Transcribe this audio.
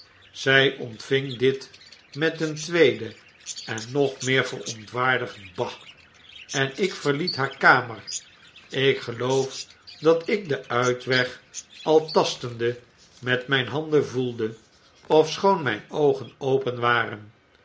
zy ontving dit met een tweede en nog meer verontwaardigd bah en ik verliet haar kamer ik geloof dat ik den uitweg al tastende met mp handen voelde ofschoon mijn oogen open waren